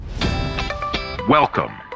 Welcome